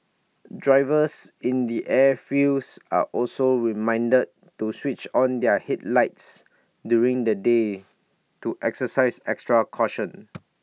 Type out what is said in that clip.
drivers in the airfields are also reminded to switch on their headlights during the day to exercise extra caution